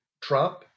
Trump-